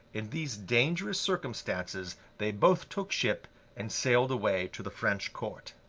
in these dangerous circumstances they both took ship and sailed away to the french court.